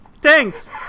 Thanks